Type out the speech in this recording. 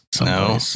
No